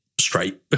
straight